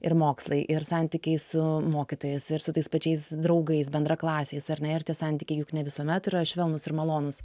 ir mokslai ir santykiai su mokytojais ir su tais pačiais draugais bendraklasiais ar ne ar tie santykiai juk ne visuomet yra švelnūs ir malonūs